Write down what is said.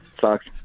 Sucks